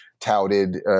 touted